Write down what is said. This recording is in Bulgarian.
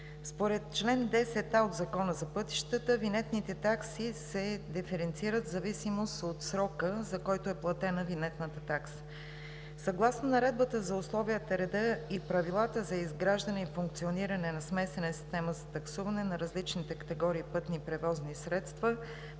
Според чл. 10а от Закона за пътищата винетните такси се диференцират в зависимост от срока, за който е платена винетната такса. Съгласно Наредбата за условията, реда и правилата за изграждане и функциониране на смесена система за таксуване на различните категории пътни превозни средства